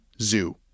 zoo